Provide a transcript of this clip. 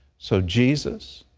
so, jesus,